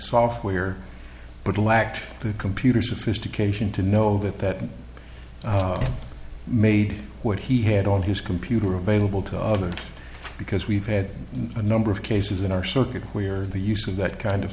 software but lacked the computer sophistication to know that that made what he had on his computer available to others because we've had a number of cases in our circuit where the use of that kind of